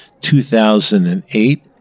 2008